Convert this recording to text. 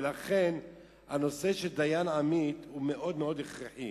ולכן, הנושא של דיין עמית הוא מאוד הכרחי.